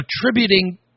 attributing